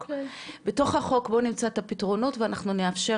את הפתרונות, ונאפשר